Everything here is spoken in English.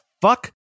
fuck